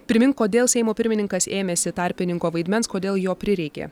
primink kodėl seimo pirmininkas ėmėsi tarpininko vaidmens kodėl jo prireikė